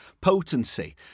potency